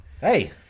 Hey